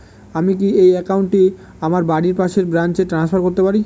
আমি কি এই একাউন্ট টি আমার বাড়ির পাশের ব্রাঞ্চে ট্রান্সফার করতে পারি?